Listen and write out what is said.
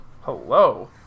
Hello